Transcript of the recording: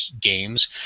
Games